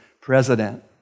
president